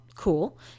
cool